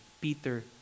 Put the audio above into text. Peter